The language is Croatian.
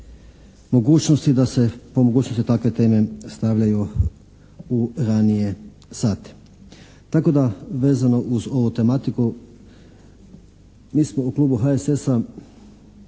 mogućnosti da se po mogućnosti takve teme stavljaju u ranije sate. Tako da vezano uz ovu tematiku mi smo u Klubu HSS-a